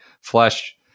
Flesh